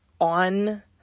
on